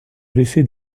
blessé